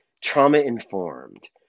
trauma-informed